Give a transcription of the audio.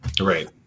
Right